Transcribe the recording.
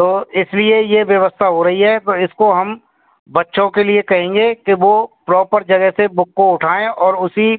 तो इसलिए यह व्यवस्था हो रही है पर इसको हम बच्चों के लिए कहेंगे कि वह प्रॉपर जगह से बुक को उठाएँ और उसी